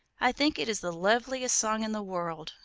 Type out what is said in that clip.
i think it is the loveliest song in the world,